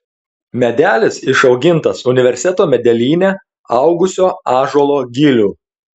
medelis išaugintas universiteto medelyne augusio ąžuolo gilių